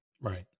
Right